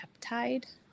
peptide